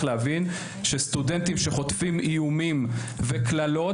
להבין שסטודנטים שחוטפים איומים וקללות,